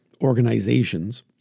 organizations